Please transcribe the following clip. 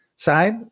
Side